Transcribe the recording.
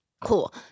Cool